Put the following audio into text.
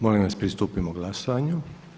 Molim vas pristupimo glasanju.